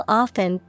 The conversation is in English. often